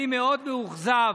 אני מאוד מאוכזב.